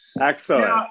Excellent